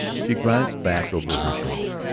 she glanced back over her shoulder,